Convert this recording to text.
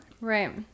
Right